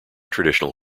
traditional